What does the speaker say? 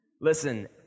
Listen